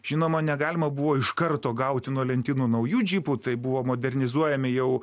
žinoma negalima buvo iš karto gauti nuo lentynų naujų džipų tai buvo modernizuojami jau